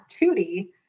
Tootie